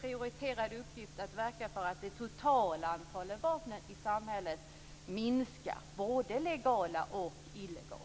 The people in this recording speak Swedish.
prioriterad uppgift att verka för att det totala antalet vapen i samhället minskar, både de legala och de illegala.